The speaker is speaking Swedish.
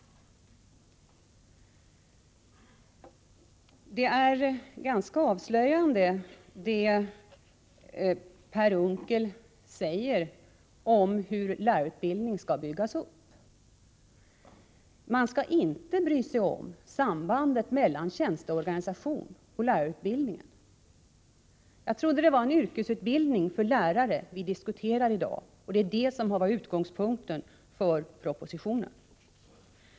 Det Per Unckel säger om hur lärarutbildningen skall byggas upp är ganska avslöjande. Man skall inte bry sig om sambandet mellan tjänsteorganisation och lärarutbildning. Jag trodde att det är yrkesutbildning för lärare som vi diskuterar i dag. Det är detta som har varit utgångspunkten för propositionen.